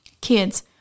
Kids